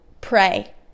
Pray